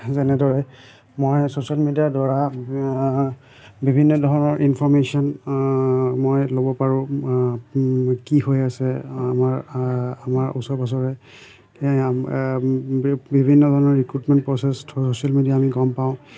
যেনেদৰে মই ছ'চিয়েল মিডিয়াৰ দ্বাৰা বিভিন্ন ধৰণৰ ইনফৰ্মেশ্যন মই ল'ব পাৰোঁ কি হৈ আছে আমাৰ আমাৰ ওচৰ পাঁজৰে বিভিন্ন ধৰণৰ recruitment process through social media আমি গম পাওঁ